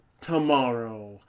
tomorrow